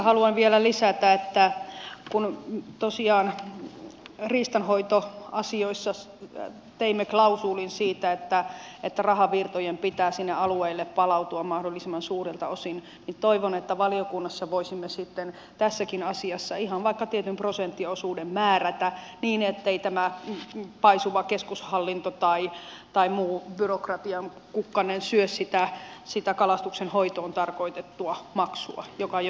haluan vielä lisätä kun tosiaan riistanhoitoasioissa teimme klausuulin siitä että rahavirtojen pitää palautua alueille mahdollisimman suurelta osin että toivon että valiokunnassa voisimme tässäkin asiassa ihan vaikka tietyn prosenttiosuuden määrätä niin ettei paisuva keskushallinto tai muu byrokratian kukkanen syö sitä kalastuksenhoitoon tarkoitettua maksua joka jo